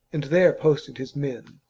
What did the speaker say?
and there posted his men.